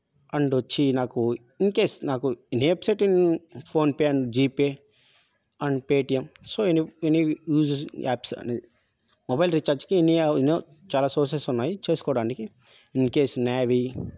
and వచ్చి నాకు in case నాకు any website in PhonePe and GPay and Paytm so any any using apps అనేది mobile రీఛార్జ్కి any ఎనో చాలా సోర్సెస్ ఉన్నాయి చేసుకోవడానికి ఇన్కేేస్ న్యావీ